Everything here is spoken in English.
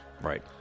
Right